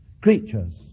creatures